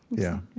yeah,